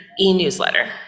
e-newsletter